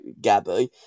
Gabby